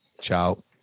Ciao